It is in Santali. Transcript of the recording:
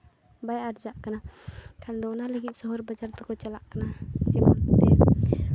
ᱵᱟᱭ ᱟᱨᱡᱟᱜ ᱠᱟᱱᱟ ᱠᱷᱟᱱ ᱫᱚ ᱚᱱᱟ ᱞᱟᱹᱜᱤᱫ ᱥᱚᱦᱚᱨ ᱵᱟᱡᱟᱨ ᱫᱚᱠᱚ ᱪᱟᱞᱟᱜ ᱠᱟᱱᱟ ᱡᱮᱢᱚᱱ ᱛᱮ